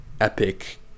epic